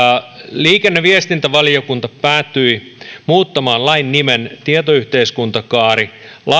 liikenne ja viestintävaliokunta päätyi muuttamaan lain nimen tietoyhteiskuntakaari